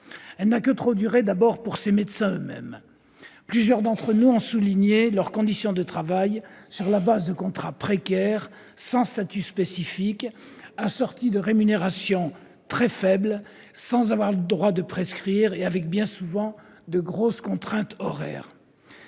Elle n'a que trop duré, tout d'abord, pour ces médecins eux-mêmes. Plusieurs d'entre nous ont relevé les conditions de travail qu'ils subissent : ils exercent sur la base de contrats précaires, sans statut spécifique, assortis de rémunérations très faibles, sans avoir le droit de prescrire et, bien souvent, avec de grosses contraintes horaires.